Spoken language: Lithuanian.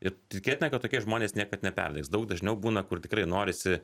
ir tikėtina kad tokie žmonės niekad neperdegs daug dažniau būna kur tikrai norisi